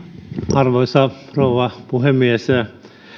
arvoisa rouva puhemies